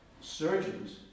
surgeons